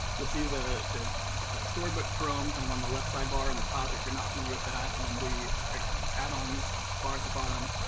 will see the the storybook chrome kind of on the left side bar and the top, if you're not familiar with that. and and the add-ones bar at the bottom.